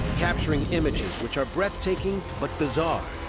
capturing images which are breathtaking but bizarre,